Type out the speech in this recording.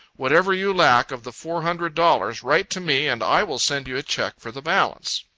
whatever you lack of the four hundred dollars, write to me, and i will send you a check for the balance.